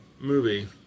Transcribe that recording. movie